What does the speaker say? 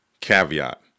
caveat